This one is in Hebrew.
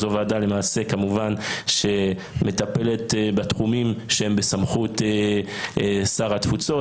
אז זו ועדה למעשה כמובן שמטפלת בתחומים שהם בסמכות שר התפוצות.